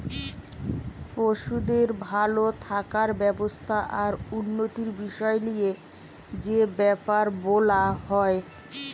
পশুদের ভাল থাকার ব্যবস্থা আর উন্নতির বিষয় লিয়ে যে বেপার বোলা হয়